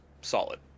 Solid